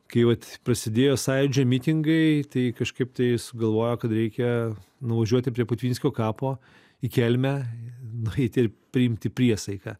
kai vat prasidėjo sąjūdžio mitingai tai kažkaip tai sugalvojo kad reikia nuvažiuoti prie putvinskio kapo į kelmę nueiti ir priimti priesaiką